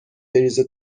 بریزه